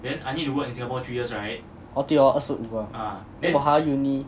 哦对 hor 二十五啊 then 哇还要 uni